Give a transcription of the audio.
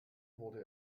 wurde